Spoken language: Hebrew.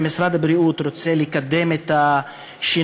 אם משרד הבריאות רוצה לקדם את השינוי